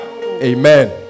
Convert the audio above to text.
Amen